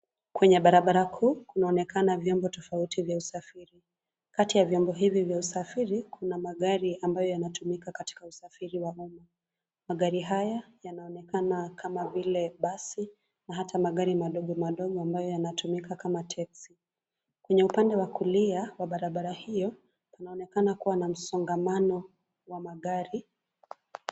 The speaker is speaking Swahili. Kwenye barabara kuu kunaonekana vyombo tofauti vya usafiri, kati ya vyombo hivi vya usafiri kuna magari ambayo yanatumika katika usafiri wa umma, magari haya yanaonekana kama vile basi na hata magari madogo madogo ambayo yanatumika kama texi. Kwenye upande wa kulia wa barabara hiyo, kunaonekana kuwa na msongamano wa magari.